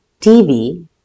TV